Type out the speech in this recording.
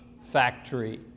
Factory